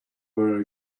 were